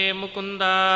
mukunda